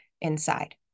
inside